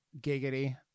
Giggity